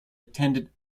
attend